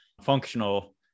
functional